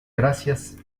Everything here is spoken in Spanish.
gracias